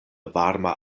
varma